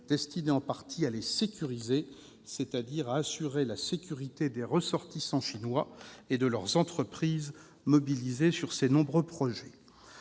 destinée en partie à les sécuriser, c'est-à-dire à assurer la sécurité des ressortissants chinois et de leurs entreprises mobilisés en faveur de ces nombreux projets.